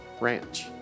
ranch